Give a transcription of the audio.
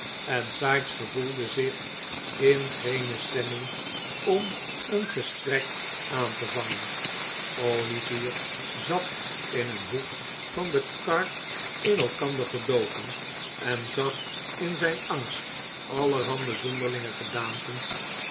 en sikes gevoelde zich in geene stemming om een gesprek aan te vangen olivier zat in een hoek van de kar in elkander gedoken en zag in zijn angst allerhande zonderlinge gedaanten